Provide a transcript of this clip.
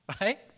right